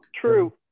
true